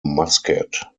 muscat